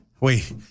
Wait